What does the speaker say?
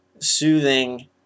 soothing